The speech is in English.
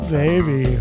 baby